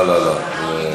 לא, לא, לא.